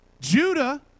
Judah